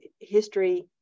history